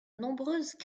nombreuses